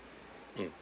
mm